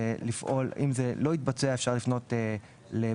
אם זה לא התבצע אפשר לפנות לבית